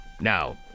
Now